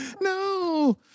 no